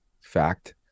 fact